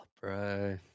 bro